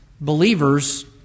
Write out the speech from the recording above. believers